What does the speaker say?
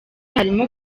harimo